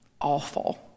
Awful